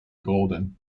golden